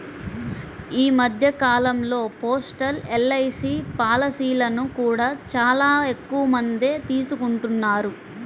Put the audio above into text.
ఈ మధ్య కాలంలో పోస్టల్ ఎల్.ఐ.సీ పాలసీలను కూడా చాలా ఎక్కువమందే తీసుకుంటున్నారు